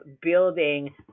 building